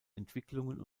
entwicklungen